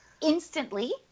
Instantly